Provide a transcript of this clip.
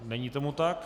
Není tomu tak.